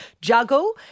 Juggle